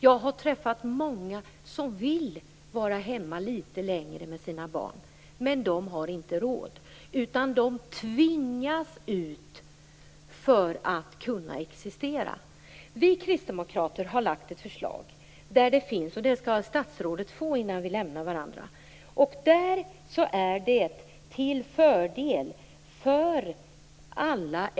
Jag har träffat många som vill vara hemma litet längre med sina barn, men de har inte råd utan tvingas ut för att kunna existera. Vi kristdemokrater har lagt ett förslag - statsrådet skall få det innan vi lämnar kammaren - som är till fördel för alla.